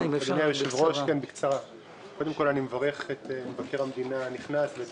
אני מברך את מבקר המדינה הנכנס וגם